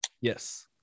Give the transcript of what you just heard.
Yes